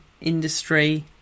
industry